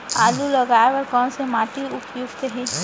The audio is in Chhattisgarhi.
आलू लगाय बर कोन से माटी उपयुक्त हे?